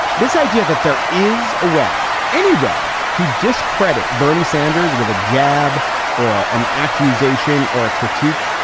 this idea that there is a way, any way to discredit bernie sanders with a jab or an accusation or a critique,